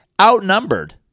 outnumbered